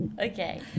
Okay